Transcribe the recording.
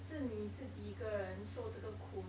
是你自己一个人受这个苦